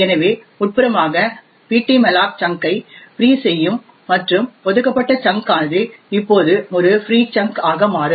எனவே உட்புறமாக ptmalloc chunk ஐ ஃப்ரீ செய்யும் மற்றும் ஒதுக்கப்பட்ட சங்க் ஆனது இப்போது ஒரு ஃப்ரீ சங்க் ஆக மாறும்